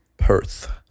Perth